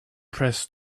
press